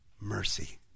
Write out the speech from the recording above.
mercy